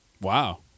Wow